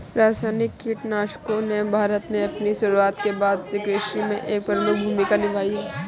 रासायनिक कीटनाशकों ने भारत में अपनी शुरूआत के बाद से कृषि में एक प्रमुख भूमिका निभाई है